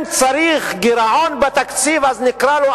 אם צריך גירעון בתקציב אז נקרא לו,